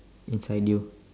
inside you